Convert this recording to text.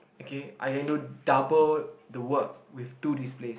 okay I can do double the work with two displays